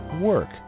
work